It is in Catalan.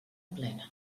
plena